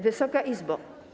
Wysoka Izbo!